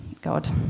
God